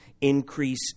increase